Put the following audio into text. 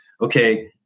okay